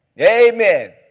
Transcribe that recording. Amen